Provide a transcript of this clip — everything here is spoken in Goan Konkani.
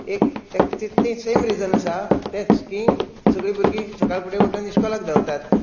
एक तें तें सेम रिझन आसा तेंच की सगळीं भुरगीं सकाळी उठोन इश्कोलाक धांवतात